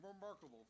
remarkable